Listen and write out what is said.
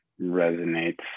resonates